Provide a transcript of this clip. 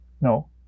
No